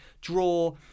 draw